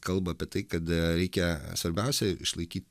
kalba apie tai kad reikia svarbiausia išlaikyt